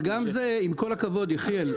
עם כל הכבוד,